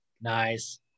Nice